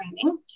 training